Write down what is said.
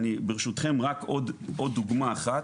ברשותכם רק עוד דוגמא אחת.